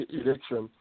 election